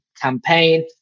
campaign